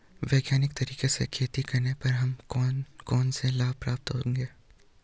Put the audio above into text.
वैज्ञानिक तरीके से खेती करने पर हमें कौन कौन से लाभ प्राप्त होंगे?